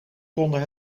konden